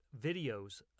videos